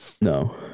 No